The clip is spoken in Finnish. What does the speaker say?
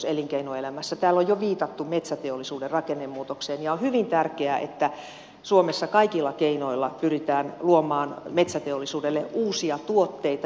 täällä on jo viitattu metsäteollisuuden rakennemuutokseen ja on hyvin tärkeää että suomessa kaikilla keinoilla pyritään luomaan metsäteollisuudelle uusia tuotteita